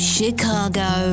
Chicago